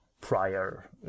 prior